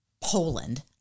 Poland